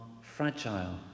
fragile